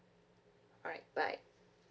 alright bye